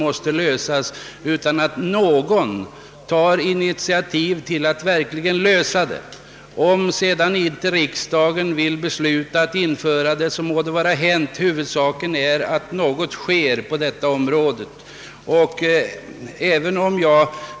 Om riksdagen sedan inte vill besluta i enlighet med ett eventuellt förslag må det vara hänt — huvudsaken är att något händer på detta område.